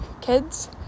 kids